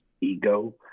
ego